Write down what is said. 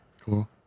Cool